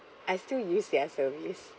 I still use their service